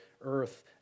earth